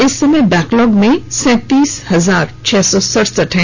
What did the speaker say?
इस समय बैकलॉग में सैंतीस हजार छह सौ सडसठ है